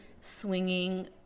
swinging